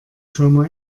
firma